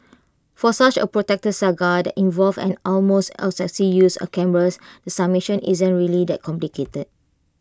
for such A protracted saga that involved an almost obsessive use of cameras the summation isn't really that complicated